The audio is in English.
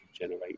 generate